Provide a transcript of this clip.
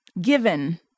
given